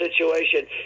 situation